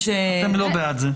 אתם לא בעד זה.